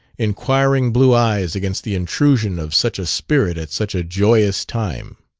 inquiring blue eyes against the intrusion of such a spirit at such a joyous time.